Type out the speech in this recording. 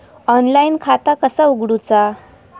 Online खाता कसा उगडूचा?